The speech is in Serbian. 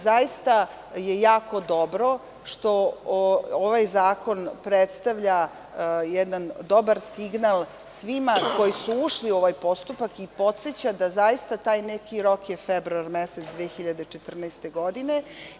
Zaista je jako dobro što ovaj zakon predstavlja jedan dobar signal svima koji su ušli u ovaj postupak i podseća da je taj neki rok februar mesec 2014. godine.